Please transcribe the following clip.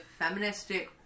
feministic